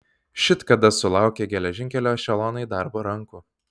šit kada sulaukė geležinkelio ešelonai darbo rankų